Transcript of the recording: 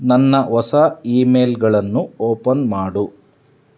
ನನ್ನ ಹೊಸ ಇಮೇಲ್ಗಳನ್ನು ಓಪನ್ ಮಾಡು